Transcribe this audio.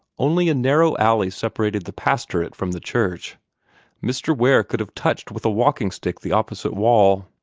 only a narrow alley separated the pastorate from the church mr. ware could have touched with a walking-stick the opposite wall.